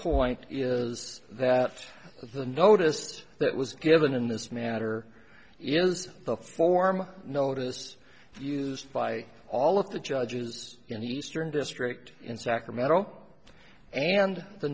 point is that the noticed that was given in this matter is the form notice used by all of the judges in the eastern district in sacramento and the